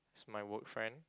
it's my work friend